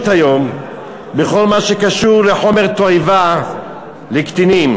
היום בכל מה שקשור לחומר תועבה לקטינים.